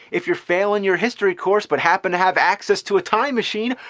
if you're failing your history course but happen to have access to a time machine,